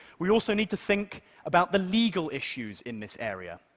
we also need to think about the legal issues in this area.